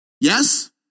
Yes